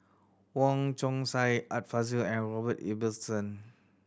Wong Chong Sai Art Fazil and Robert Ibbetson